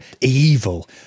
evil